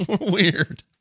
Weird